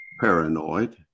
paranoid